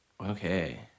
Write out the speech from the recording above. Okay